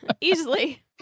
Easily